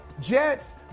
Jets